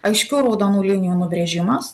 aiškių raudonų linijų nubrėžimas